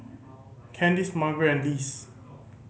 Kandice Margret and Lise